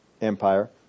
Empire